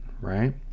right